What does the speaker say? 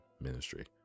ministry